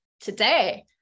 today